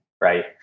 Right